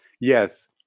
Yes